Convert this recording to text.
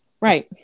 right